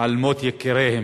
על מות יקיריהם